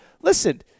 listen